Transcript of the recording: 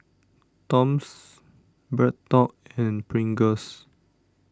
Toms BreadTalk and Pringles